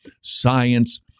science